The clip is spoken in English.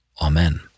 Amen